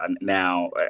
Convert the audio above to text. now